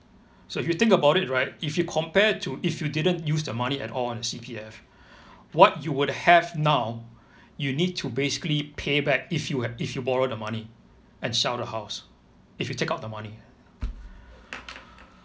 so if you think about it right if you compare to if you didn't use the money at all in C_P_F what you would have now you need to basically payback if you ha~ if you borrow the money and sell the house if you take out the money